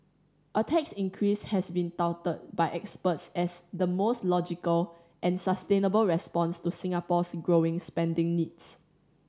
a tax increase has been touted by experts as the most logical and sustainable response to Singapore's growing spending needs